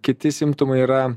kiti simptomai yra